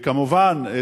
וכמובן,